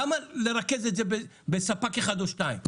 למה לרכז את זה בספק אחד או שניים?